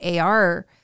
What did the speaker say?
AR